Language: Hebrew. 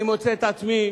אני מוצא את עצמי,